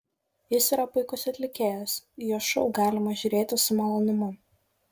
jis yra puikus atlikėjas jo šou galima žiūrėti su malonumu